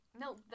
No